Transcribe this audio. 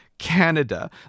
Canada